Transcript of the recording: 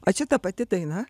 o čia ta pati daina